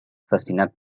fascinat